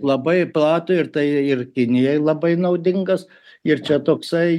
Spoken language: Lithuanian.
labai platų ir tai ir kinijai labai naudingas ir čia toksai